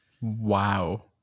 Wow